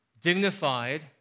dignified